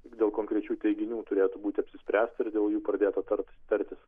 dėl konkrečių teiginių turėtų būti apsispręsta ir dėl jų pradėta tarti tartis